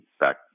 back